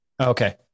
okay